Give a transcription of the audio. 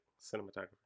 cinematography